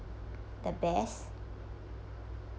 the best